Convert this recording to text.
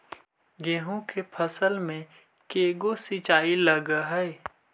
गेहूं के फसल मे के गो सिंचाई लग हय?